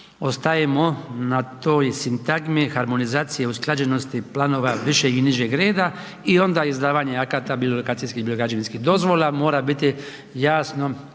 ostajemo na toj sintagmi harmonizacije usklađenosti planova višeg i nižeg reda i onda izdavanja akata bilo lokacijskih, bilo građevinskih dozvola. Mora biti jasno